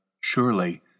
surely